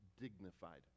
dignified